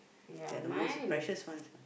they are the most precious ones